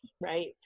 right